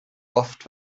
oft